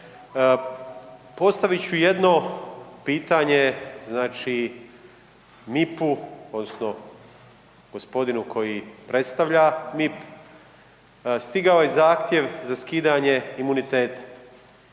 Postavit ću jedno pitanje, znači, MIP-u odnosno gospodinu koji predstavlja MIP, stigao je zahtjev za skidanje imuniteta.